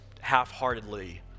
half-heartedly